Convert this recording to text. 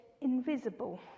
invisible